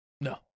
No